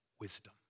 wisdom